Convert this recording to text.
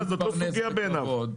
זאת לא סוגיה בעיניו.